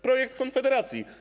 Projekt Konfederacji.